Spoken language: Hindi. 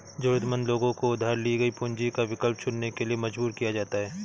जरूरतमंद लोगों को उधार ली गई पूंजी का विकल्प चुनने के लिए मजबूर किया जाता है